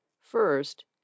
First